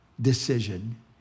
decision